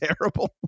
terrible